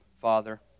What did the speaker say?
Father